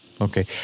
Okay